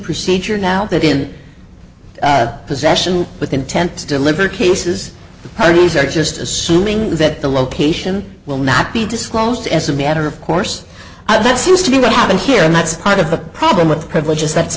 procedure now that in possession with intent to deliver cases the parties are just assuming that the location will not be disclosed as a matter of course that seems to be what happened here and that's part of the problem with privileges that's